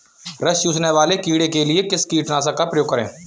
रस चूसने वाले कीड़े के लिए किस कीटनाशक का प्रयोग करें?